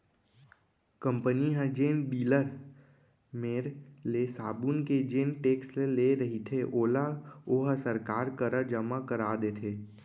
company ह जेन dealer मेर ले साबून के जेन टेक्स ले रहिथे ओला ओहा सरकार करा जमा करा देथे